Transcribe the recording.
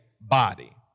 body